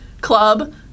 club